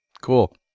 Cool